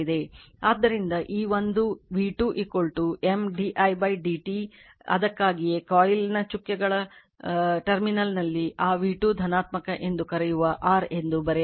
ಆದ್ದರಿಂದ ಈ ಒಂದು v2 M d i dt ಅದಕ್ಕಾಗಿಯೇ ಕಾಯಿಲ್ ಚುಕ್ಕೆಗಳ ಟರ್ಮಿನಲ್ನಲ್ಲಿ ಆ v2 ಧನಾತ್ಮಕ ಎಂದು ಕರೆಯುವ r ಎಂದು ಬರೆಯಲಾಗಿದೆ